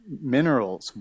minerals